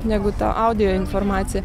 negu ta audio informacija